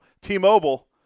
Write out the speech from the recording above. T-Mobile